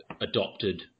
adopted